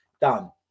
done